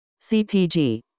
CPG